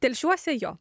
telšiuose jo